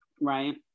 right